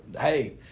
hey